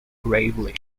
gravely